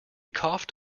coughed